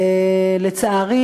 לצערי,